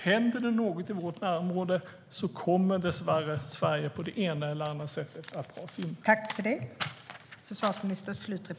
Händer det något i vårt närområde kommer dessvärre Sverige att dras in på det ena eller andra sättet.